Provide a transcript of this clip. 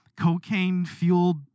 cocaine-fueled